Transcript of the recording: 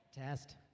Test